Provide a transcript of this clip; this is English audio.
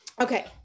Okay